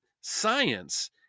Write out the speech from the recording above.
science